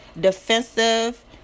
defensive